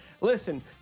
Listen